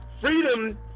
freedom